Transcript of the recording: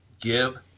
give